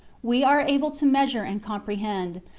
we are able to measure and comprehend,